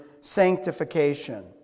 sanctification